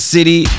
City